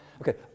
Okay